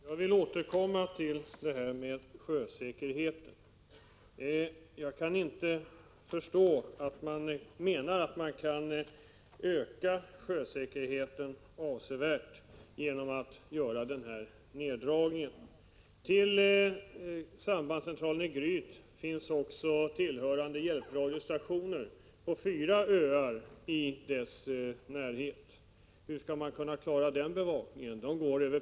Herr talman! Jag vill återkomma till sjösäkerheten. Jag kan inte förstå att man menar att det går att öka sjösäkerheten avsevärt genom att göra den här neddragningen. Till sambandscentralen i Gryt finns också tillhörande hjälpradiostationer på fyra öar i dess närhet. De går över PR-bandet. Hur skall man klara den bevakningen?